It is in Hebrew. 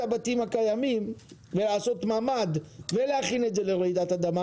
הבתים הקיים ולעשות ממ"ד ולהכין את זה לרעידת אדמה.